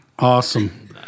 Awesome